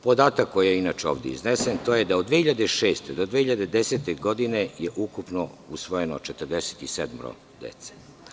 Podatak koji je inače ovde iznesen, to je da od 2006. do 2010. godine je ukupno usvojeno 47 dece.